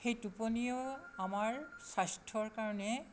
সেই টোপনিয়েও আমাৰ স্বাস্থ্যৰ কাৰণে